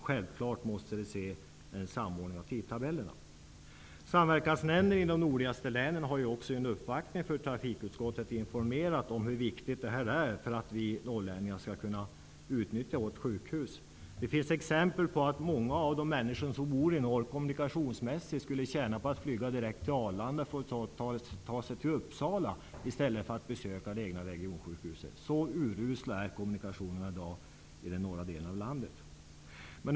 Självfallet måste det ske en samordning av tidtabellerna. Samverkansnämnden för de nordligaste länen har i uppvaktning för trafikutskottet informerat om hur viktigt detta är för att vi norrlänningar skall kunna nyttja vårt regionsjukhus. Det finns många exempel på att människor som bor i norra Sverige skulle tjäna på att flyga direkt till Arlanda för att ta sig till Uppsala i stället för att besöka det egna regionsjukhuset. Så urusla är kommunikationerna i dag i den norra delen av landet.